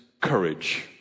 courage